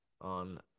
On